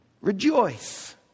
rejoice